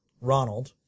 Ronald